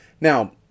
Now